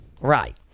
right